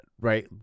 right